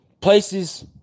places